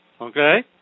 okay